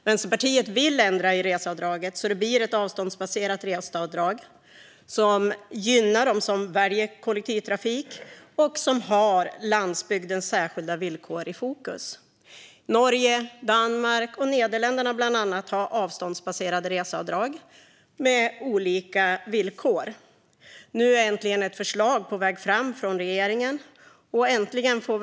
Vänsterpartiet vill ändra i reseavdraget så att det blir ett avståndsbaserat reseavdrag som gynnar dem som väljer kollektivtrafik och som har landsbygdens särskilda villkor i fokus. Bland annat Norge, Danmark och Nederländerna har avståndsbaserade reseavdrag med olika villkor. Nu är ett förslag från regeringen äntligen på väg fram.